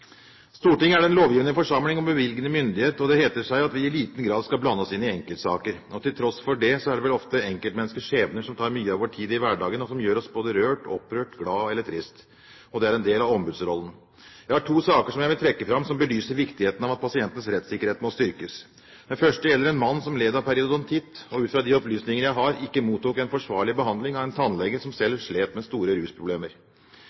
Stortinget er den lovgivende forsamling og bevilgende myndighet, og det heter seg at vi i liten grad skal blande oss inn i enkeltsaker. Til tross for det er det vel ofte enkeltmenneskers skjebner som tar mye av vår tid i hverdagen, og som gjør oss både rørt, opprørt, glad eller trist. Det er en del av ombudsrollen. Jeg har to saker som jeg vil trekke fram, som belyser viktigheten av at pasientenes rettssikkerhet må styrkes. Den første gjelder en mann som led av periodontitt, og ut fra de opplysninger jeg har, ikke mottok en forsvarlig behandling av en tannlege som